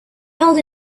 held